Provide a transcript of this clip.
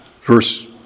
verse